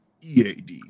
EAD